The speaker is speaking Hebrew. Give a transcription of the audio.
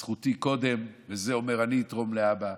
זכותי קודם, וזה אומר: אני אתרום לאבא.